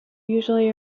usually